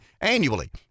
annually